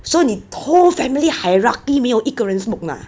so 你 whole family hierarchy 没有一个人 smoke ah